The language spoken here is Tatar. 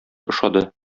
ошады